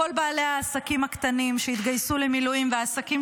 כל בעלי העסקים הקטנים שהתגייסו למילואים והעסקים